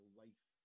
life